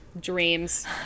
dreams